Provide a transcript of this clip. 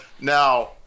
Now